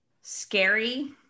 scary